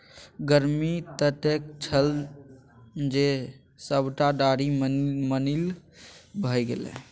गर्मी ततेक छल जे सभटा डारि मलिन भए गेलै